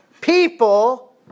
people